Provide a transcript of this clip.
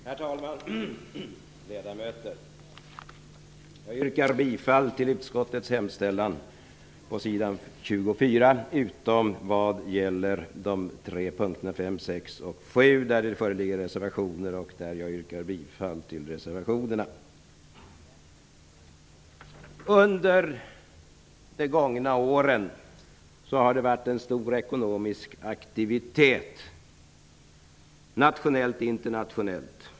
Herr talman! Ledamöter! Jag yrkar bifall till utskottets hemställan, på s. 24, utom vad gäller de tre momenten 5, 6 och 7. På dessa punkter föreligger reservationer, som jag yrkar bifall till. Under de gångna åren har det varit en stor ekonomisk aktivitet, nationellt och internationellt.